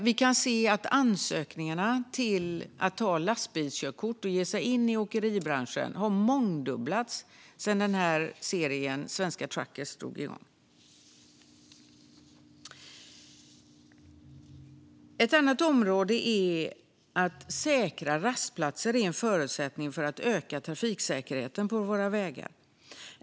Vi kan se att ansökningarna till att ta lastbilskörkort och ge sig in i åkeribranschen har mångdubblats sedan serien Svenska Truckers drog igång. Ett annat område är att säkra rastplatser är en förutsättning för att öka trafiksäkerheten på våra vägar.